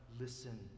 Listen